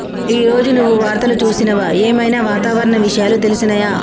ఈ రోజు నువ్వు వార్తలు చూసినవా? ఏం ఐనా వాతావరణ విషయాలు తెలిసినయా?